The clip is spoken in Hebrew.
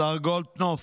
השר גולדקנופ,